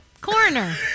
coroner